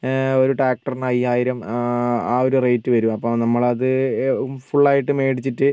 ഒരു ട്രാക്റ്ററിന് അയ്യായിരം ആ ഒരു റേറ്റ് വരും അപ്പം നമ്മളത് ഫുള്ളായിട്ട് മേടിച്ചിട്ട്